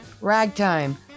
ragtime